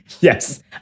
Yes